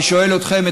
אני שואל אתכם,